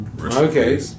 Okay